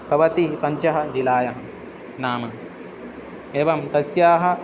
भवति पञ्चजिलायाः नाम एवं तस्याः